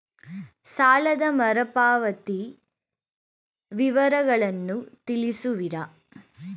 ಸಾಲದ ಮರುಪಾವತಿ ವಿವರಗಳನ್ನು ತಿಳಿಸುವಿರಾ?